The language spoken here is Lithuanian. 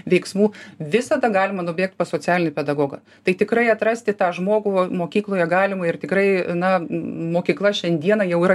veiksmų visada galima nubėgt pas socialinį pedagogą tai tikrai atrasti tą žmogų mokykloje galima ir tikrai na mokykla šiandieną jau yra